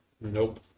Nope